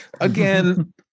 Again